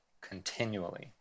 continually